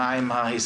מה עם ההסכם,